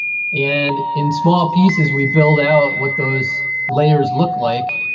and in small pieces we build out what those layers look like,